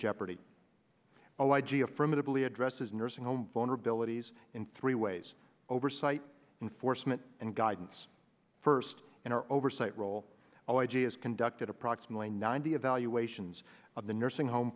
jeopardy so i g affirmatively addresses nursing home vulnerabilities in three ways oversight enforcement and guidance first in our oversight role i j has conducted approximately ninety evaluations of the nursing home